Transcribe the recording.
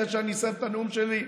אחרי שאני אסיים את הנאום שלי: